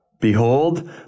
Behold